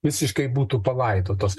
visiškai būtų palaidotos